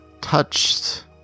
touched